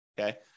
okay